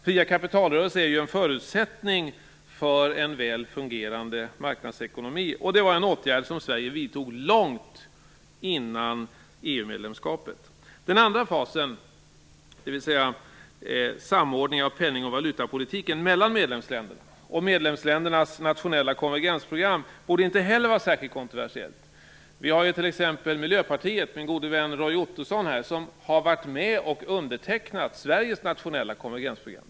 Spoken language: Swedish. Fria kapitalrörelser är ju en förutsättning för en väl fungerande marknadsekonomi, och det var en åtgärd som Sverige vidtog långt före EU-medlemskapet. EMU:s andra fas, dvs. samordningen av penning och valutapolitiken mellan medlemsländerna och medlemsländernas nationella konvergensprogram, borde inte heller vara särskilt kontroversiell. Min gode vän här Roy Ottosson och Miljöpartiet har varit med och undertecknat Sveriges nationella konvergensprogram.